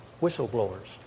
whistleblowers